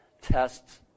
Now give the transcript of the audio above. tests